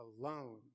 alone